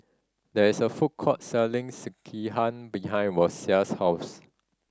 there is a food court selling Sekihan behind Rosia's house